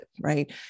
right